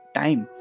time